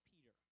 Peter